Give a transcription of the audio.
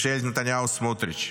ממשלת נתניהו-סמוטריץ'.